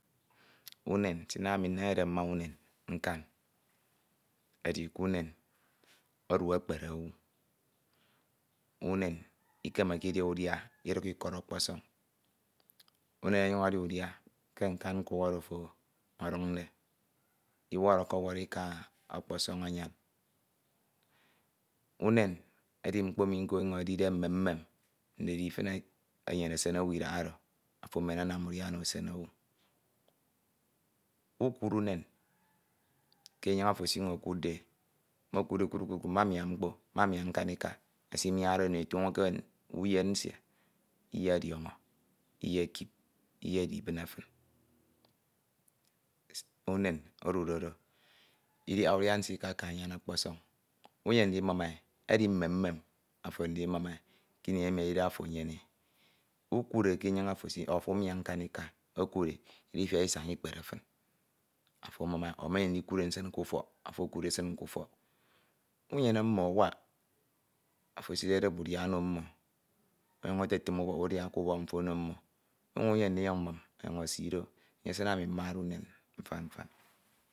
Unan s'inam ani nnehede mma unen nkan edi k'unen odu ekpere owu unen ikemeke idia udia iduk ikọd ọkpọsọñ unen ọnyuñ adia udia ke nkan nkuk oro ofo ọduñde wọrọkọwọrọ ika nko ọkpọsọñ anyan unen edi mkpo emi nko edide mmem ndidi ifin enyene esen owu idahado ofo emen anam udia ono esen owu ukud umen ke enyin afo esinyuñ okudde e mokude kukukuruku me amia mkpo me amia nkanika esimiade ono e toño k'uyen nsie iyediọñọ iyekip iyedi ibine fin, une odudd do idiaha udia nsie ikaka anyam ọkpọsọñ unyem ndimum e edi mmem mmem afo ndimum e kini emi edide afo enye ukud ke enyin afo esikuudd e ọ afo amia nkanika ekude idifiak isaña ikpere fin afo amum ọ menyem ndikuud nsin k'ufọk afo okud e esin k'udọk unyene mmo awak afi esidedep udia ono mmo ọnyañ etefin unak udia k'ubọk mfo ono mmo unyuñ unyem ndinyuñ mmum ọnyuñ esi do enye esin mmade unen mfan mfan.